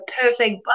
perfect